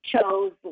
chose